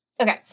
Okay